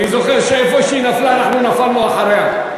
אני זוכר, שאיפה שהיא נפלה, אנחנו נפלנו אחריה.